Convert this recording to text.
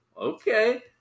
Okay